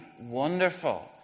wonderful